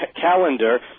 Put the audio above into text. calendar